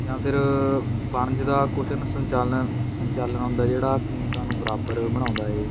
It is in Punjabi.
ਜਾਂ ਫਿਰ ਵਣਜ ਦਾ ਕੁਸ਼ਨ ਸੰਚਾਲਨ ਸੰਚਾਲਨ ਹੁੰਦਾ ਜਿਹੜਾ ਕੀਮਤਾਂ ਨੂੰ ਬਰਾਬਰ ਬਣਾਉਂਦਾ ਹੈ